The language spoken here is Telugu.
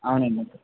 అవునండి